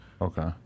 Okay